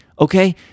okay